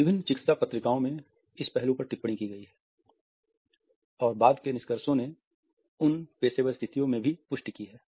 विभिन्न चिकित्सा पत्रिकाओं में इस पहलू पर टिप्पणी की गई है और बाद के निष्कर्षों ने उनकी पेशेवर स्थितियों में भी पुष्टि की है